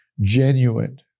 genuine